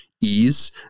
ease